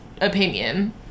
opinion